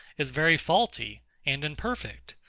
is very faulty and imperfect,